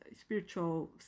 spiritual